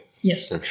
Yes